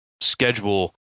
schedule